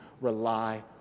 rely